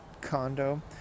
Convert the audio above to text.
condo